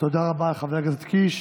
תודה רבה לחבר הכנסת קיש.